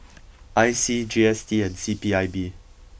I C G S T and C P I B